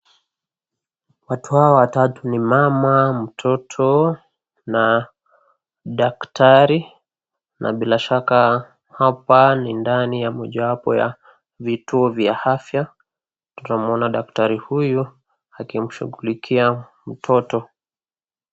Watu hao watatu ni mama, mtoo na daktari, na bila shaka hapa ni ndani ya mojawapo ya vituo vya afya na tuna muona daktari huyo akimshughulikia mtoto.